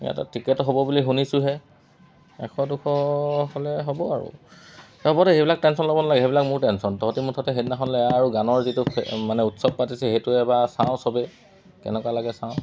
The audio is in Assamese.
ইয়াতে টিকেট হ'ব বুলি শুনিছোঁহে এশ দুশ হ'লে হ'ব আৰু হ'বদে এইবিলাক টেনচন ল'ব নালাগে সেইবিলাক মোৰ টেনচন তহঁতি মুঠতে সেইদিনাখনলৈ আহ আৰু গানৰ যিটো মানে উৎসৱ পাতিছে সেইটোৱে এবাৰ চাওঁ চবেই কেনেকুৱা লাগে চাওঁ